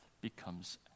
becomes